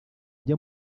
ujya